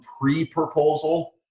pre-proposal